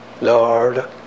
Lord